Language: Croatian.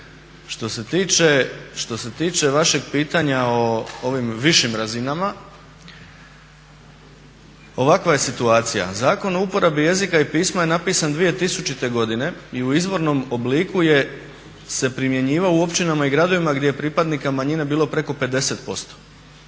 Što se tiče vašeg pitanja o ovim višim razinama, ovakva je situacija. Zakon o uporabi jezika i pisma je napisan 2000. godine i u izvornom obliku se primjenjivao u općinama i gradovima gdje je pripadnika manjine bilo preko 50%.